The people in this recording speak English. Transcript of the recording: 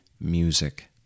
music